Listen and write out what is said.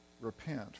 Repent